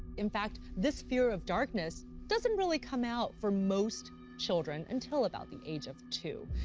in fact, this fear of darkness doesn't really come out for most children until about the age of two.